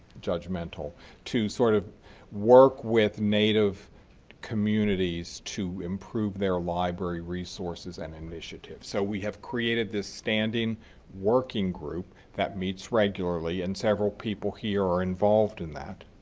judgmental to sort of work with native communities to improve their library resources and initiatives. so we have created this standing working group that meets regularly and several people here are involved in that.